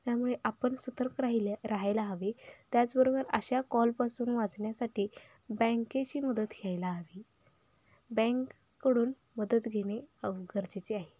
त्यामुळे आपण सतर्क राहिल्या राहायला हवे त्याचबरोबर अशा कॉलपासून वाचण्यासाठी बँकेची मदत घ्यायला हवी बँककडून मदत घेणे गरजेचे आहे